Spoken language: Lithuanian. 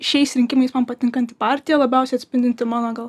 šiais rinkimais man patinkanti partija labiausiai atspindinti mano gal